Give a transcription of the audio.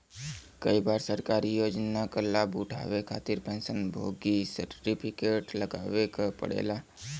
कई बार सरकारी योजना क लाभ उठावे खातिर पेंशन भोगी सर्टिफिकेट लगावे क पड़ेला